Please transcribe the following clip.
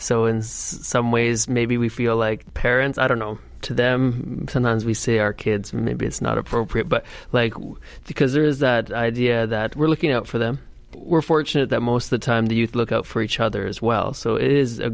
so in some ways maybe we feel like parents i don't know to them finance we say our kids maybe it's not appropriate but like because there is that idea that we're looking out for them we're fortunate that most of the time the youth look out for each other as well so it is a